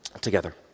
together